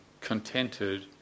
contented